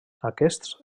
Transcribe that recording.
aquests